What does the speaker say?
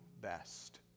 best